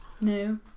No